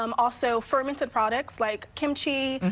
um ah so fermented products like kimchi,